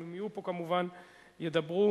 אם הם יהיו פה, כמובן הם ידברו.